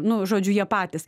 nu žodžiu jie patys